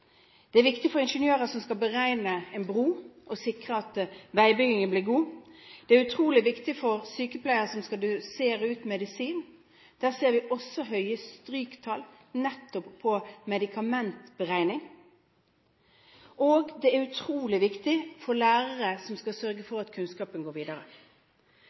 Det er viktig for ingeniørene som skal beregne en bro og sikre at veibyggingen blir god, det er utrolig viktig for sykepleieren som skal dosere ut medisin – vi ser også høye stryktall på medikamentberegning – og det er utrolig viktig for lærere som skal sørge for at kunnskapen går videre.